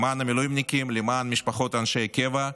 למען המילואימניקים, למען משפחות אנשי הקבע,